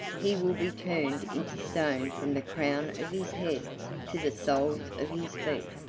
he will be turned into stone from the crown of his head to the soles of his feet.